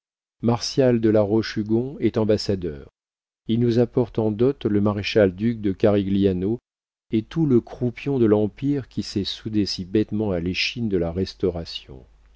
de la roche-hugon est ambassadeur il nous apporte en dot le maréchal duc de carigliano et tout le croupion de l'empire qui s'est soudé si bêtement à l'échine de la restauration